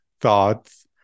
thoughts